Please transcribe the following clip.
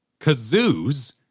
kazoos